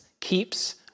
keeps